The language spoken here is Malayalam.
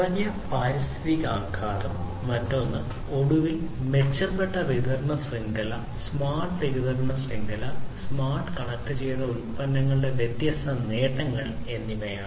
കുറഞ്ഞ പാരിസ്ഥിതിക ആഘാതം മറ്റൊന്ന് ഒടുവിൽ മെച്ചപ്പെട്ട വിതരണ ശൃംഖല സ്മാർട്ട് വിതരണ ശൃംഖല സ്മാർട്ട് കണക്റ്റുചെയ്ത ഉൽപ്പന്നങ്ങളുടെ വ്യത്യസ്ത നേട്ടങ്ങൾ ഇവയാണ്